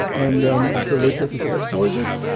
and um and so we're taking steps towards this.